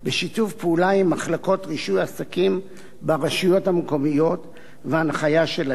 בשיתוף פעולה עם מחלקות רישוי עסקים ברשויות המקומיות ובהנחיה שלהן.